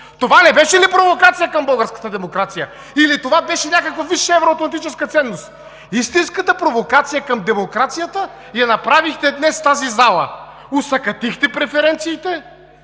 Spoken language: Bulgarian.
това не беше ли провокация към българската демокрация, или това беше някаква висша евроатлантическа ценност? Истинската провокация към демокрацията я направихте днес в тази зала – осакатихте преференциите,